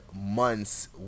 months